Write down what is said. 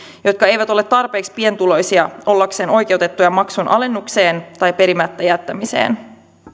jotka eivät ole tarpeeksi pienituloisia ollakseen oikeutettuja maksun alennukseen tai perimättä jättämiseen